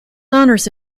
honours